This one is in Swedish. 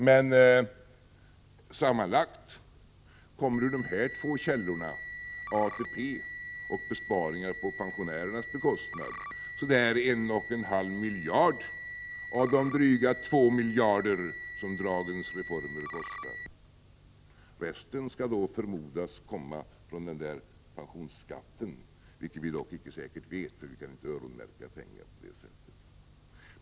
Men sammanlagt kommer ur de två källorna - ATP och besparingar på pensionärernas bekostnad — ca 1,5 miljarder av de dryga 2 miljarder som dagens reform kostar. Resten skall då förmodas komma från pensionsskatten, vilket vi inte säkert vet, eftersom vi inte kan öronmärka pengar på det sättet.